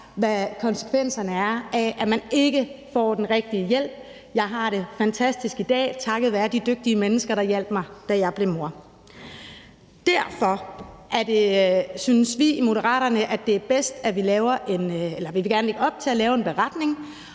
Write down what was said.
hvad konsekvenserne er af, at man ikke får den rigtige hjælp. Jeg har det fantastisk i dag takket være de dygtige mennesker, der hjalp mig, da jeg blev mor. Derfor synes vi i Moderaterne, at det er bedst – det vil vi i hvert fald gerne lægge op til – at vi laver en beretning,